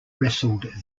wrestled